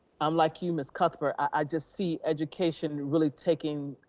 i'm like you, ms. cuthbert i just see education really taking,